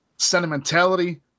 sentimentality